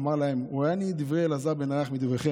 אמר להם, רואה אני את דברי אלעזר בן ערך מדבריכם,